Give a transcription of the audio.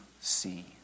see